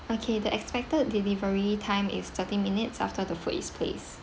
okay the expected delivery time is thirty minutes after the food is placed